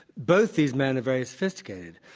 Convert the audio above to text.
both these men are very sophisticated.